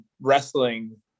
wrestling